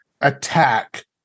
attack